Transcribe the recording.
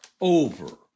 over